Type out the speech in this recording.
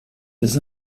des